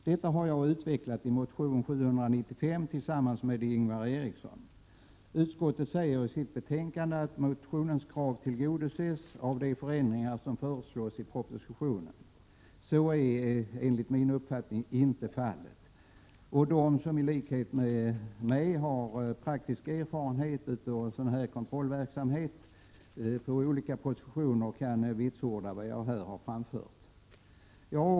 Detta resonemang har jag tillsammans med Ingvar Eriksson utvecklat i motion Jo795. Utskottet säger i sitt betänkande att motionens krav tillgodoses av de förändringar som föreslås i propositionen. Så är, enligt min uppfattning, inte fallet. De som i likhet med mig i olika positioner har praktisk erfarenhet av sådan här kontrollverksamhet kan vitsorda vad jag har anfört.